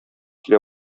килә